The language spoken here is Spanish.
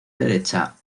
derecha